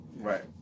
Right